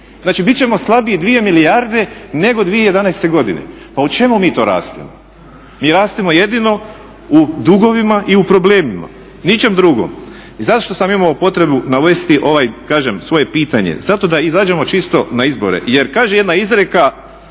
Znači, bit ćemo slabiji 2 milijarde nego 2011. godine. Pa u čemu mi to rastemo? Mi rastemo jedino u dugovima i u problemima, ničemu drugome. Zašto sam imao potrebu navesti ovo kažem svoje pitanje. Zato da izađemo čisto na izbore jer kaže jedna izreka